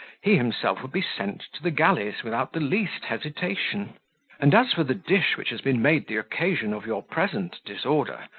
he himself would be sent to the galleys, without the least hesitation and as for the dish which has been made the occasion of your present disorder,